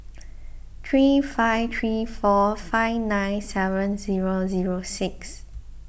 three five three four five nine seven zero zero six